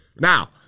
Now